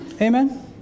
Amen